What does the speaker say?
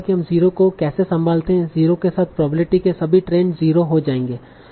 zero के साथ probability के सभी ट्रेंड 0 हो जायेंगे